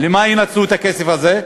למה ינצלו את הכסף הזה?